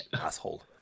Asshole